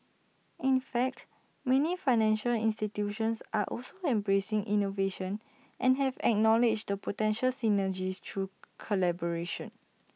in fact many financial institutions are also embracing innovation and have acknowledged the potential synergies through collaboration